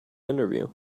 interview